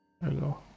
Hello